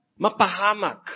mapahamak